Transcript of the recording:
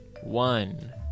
one